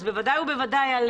אז בוודאי ובוודאי על